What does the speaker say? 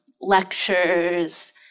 lectures